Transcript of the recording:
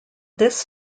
this